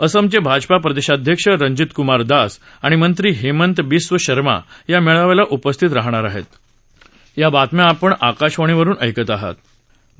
आसामच भाजपा प्रदक्षाध्यक्ष रंजीत कुमार दास आणि मंत्री हणंत बिस्व शर्मा या मछाव्याला उपस्थित राहणार आहव्व